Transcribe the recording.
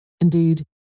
Indeed